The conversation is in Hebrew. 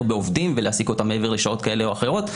בעובדים ולהעסיק אותם מעבר לשעות כאלה ואחרות.